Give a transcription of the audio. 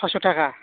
फास्स थाखा